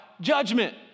judgment